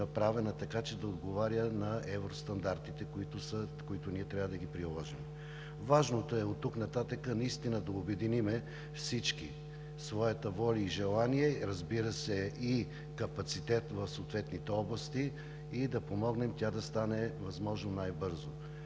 направена така, че да отговаря на евростандартите, които ние трябва да приложим. Важното е оттук нататък ние наистина всички да обединим своята воля и желание, разбира се, и капацитет в съответните области, и да помогнем тя да стане възможно най-бързо.